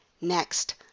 Next